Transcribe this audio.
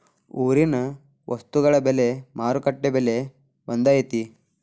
ಊರಿನ ವಸ್ತುಗಳ ಬೆಲೆ ಮಾರುಕಟ್ಟೆ ಬೆಲೆ ಒಂದ್ ಐತಿ?